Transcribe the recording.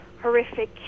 horrific